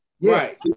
Right